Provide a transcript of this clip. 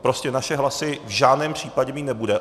Prostě naše hlasy v žádném případě mít nebude.